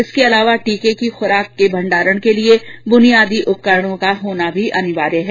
इसके अलावा टीके की खुराक के भंडारण के लिए बुनियादी उपकरणों को होना भी अनिवार्य है